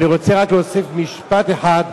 אני רוצה להוסיף משפט אחד: